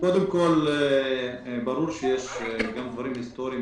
ברור שיש דברים היסטוריים